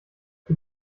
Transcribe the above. für